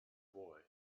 boy